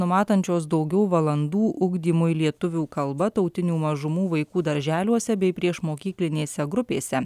numatančios daugiau valandų ugdymui lietuvių kalba tautinių mažumų vaikų darželiuose bei priešmokyklinėse grupėse